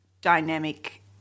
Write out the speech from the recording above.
dynamic